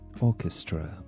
Orchestra